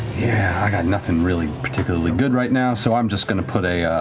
yeah, i got nothing really particularly good right now, so i'm just going to put a.